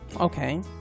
Okay